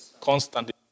Constantly